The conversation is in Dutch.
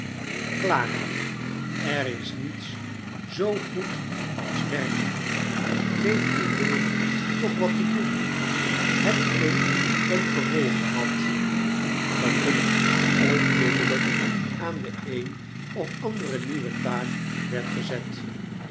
clara er is niets zoo goed als werken geef uw jongen toch wat te doen hetgeen tengevolge had dat ik onmiddellijk aan de een of andere nieuwe taak werd gezet